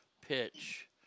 pitch